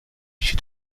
she